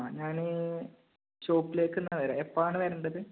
ആ ഞാന് ഷോപ്പിലേക്ക് തന്നെ വരാം എപ്പോഴാണ് വരേണ്ടത്